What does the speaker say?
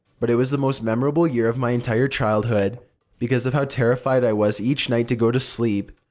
but it was the most memorable year of my entire childhood because of how terrified i was each night to go to sleep.